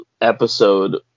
episode